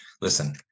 Listen